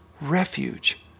refuge